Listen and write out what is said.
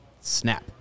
snap